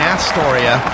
Astoria